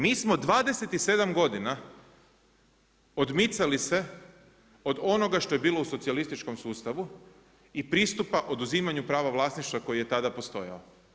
Mi smo 27 godina odmicali se od onoga što je bilo u socijalističkom sustavu i pristupa oduzimanju prava vlasništva koji je tada postojao.